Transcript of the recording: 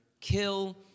kill